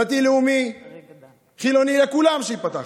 דתי-לאומי, חילוני, לכולם שייפתחו,